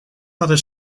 other